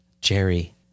Jerry